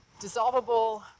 dissolvable